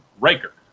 Riker